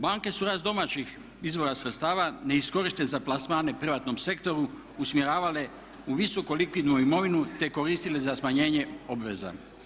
Banke su rast domaćih izvora sredstava neiskorišten za plasmane u privatnom sektoru usmjeravale u visoko likvidnu imovinu te koristile za smanjenje obveza.